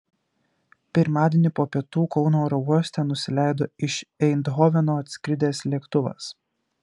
pirmadienį po pietų kauno oro uoste nusileido iš eindhoveno atskridęs lėktuvas